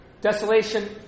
desolation